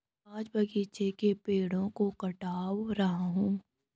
आज बगीचे के पेड़ों को कटवा रहा हूं